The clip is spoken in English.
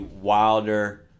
Wilder